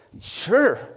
Sure